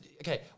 Okay